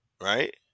right